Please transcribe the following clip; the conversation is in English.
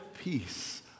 peace